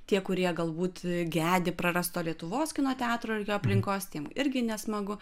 tie kurie galbūt gedi prarasto lietuvos kino teatro ir jo aplinkos tiem irgi nesmagu